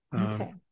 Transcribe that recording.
Okay